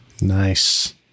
Nice